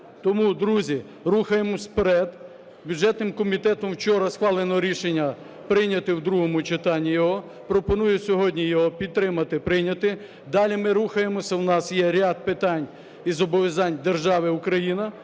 Тому, друзі, рухаємося вперед. Бюджетним комітетом вчора схвалене рішення прийняти в другому читанні його. Пропоную сьогодні його підтримати, прийняти. Далі ми рухаємося, у нас є ряд питань і зобов'язань держави Україна,